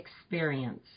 experience